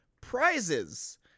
prizes